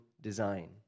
design